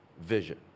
vision